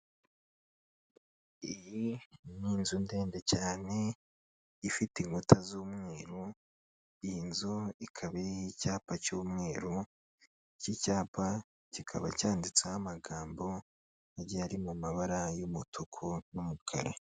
Iyi ni inzu ndende cyane ifite inkuta z'umweru, iyi nzu ikaba iriho icyapa cy'umweru, iki cyapa kikaba cyanditseho amagambo agiye ari mu mabara y'umutuku n'umukara.